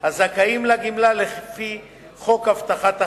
הזכאים לגמלה לפי חוק הבטחת הכנסה.